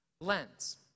lens